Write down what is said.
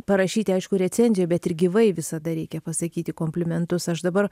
parašyti aišku recenzijoj bet ir gyvai visada reikia pasakyti komplimentus aš dabar